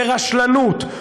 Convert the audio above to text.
ברשלנות,